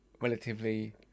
relatively